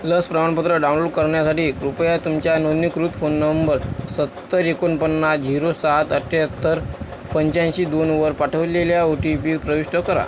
लस प्रमाणपत्र डाऊनलोड करण्यासाठी कृपया तुमच्या नोंदणीकृत फोन नंबर सत्तर एकोणपन्नास झिरो सात अठ्ठ्यात्तर पंच्याऐंशी दोनवर पाठवलेला ओ टी पी प्रविष्ट करा